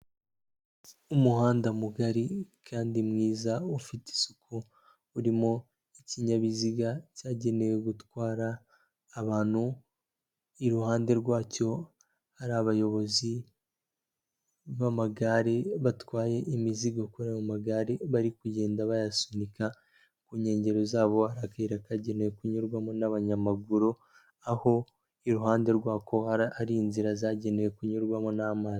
Umuhanda mugari kandi mwiza ufite isuku, urimo ikinyabiziga cyagenewe gutwara abantu, iruhande rwacyo hari abayobozi b'amagare, batwaye imizigo kuri ayo magare bari kugenda bayasunika, ku nkengero zabo hari akayira kagenewe kunyurwamo n'abanyamaguru aho iruhande rwako hari inzira zagenewe kunyurwamo n'amazi.